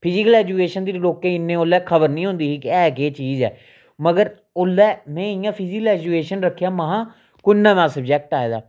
physical education दी लोकें गी इन्नी ओल्लै खबर नी होंदी ही कि ऐ केह् चीज़ ऐ मगर ओल्लै मि इ'यां फिजीकल ऐजुकेशन रक्खेआ महां कोई नमां सब्जैक्ट ऐ आए दा